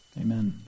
Amen